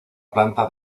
planta